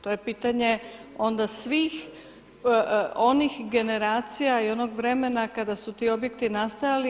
To je pitanje onda svih onih generacija i onog vremena kada su ti objekti nastajali.